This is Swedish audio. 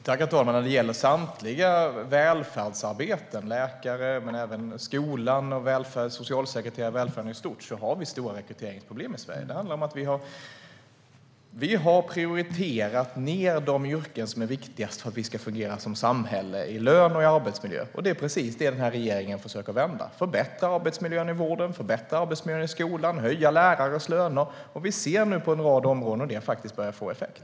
Herr talman! När det gäller samtliga välfärdsarbeten - läkare men även skolpersonal, socialsekreterare och välfärden i stort - har vi stora rekryteringsproblem i Sverige. Vi har prioriterat ned de yrken som är viktigast för att vårt samhälle ska fungera, i fråga om lön och arbetsmiljö. Det är precis det den här regeringen försöker vända. Vi vill förbättra arbetsmiljön i vården, förbättra arbetsmiljön i skolan och höja lärares löner. Och nu ser vi att det börjar få effekt på en rad områden.